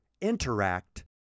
interact